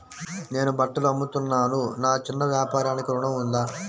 నేను బట్టలు అమ్ముతున్నాను, నా చిన్న వ్యాపారానికి ఋణం ఉందా?